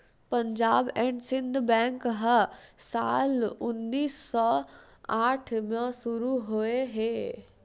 Punjab and Sind bank ह साल उन्नीस सौ आठ म शुरू होए हे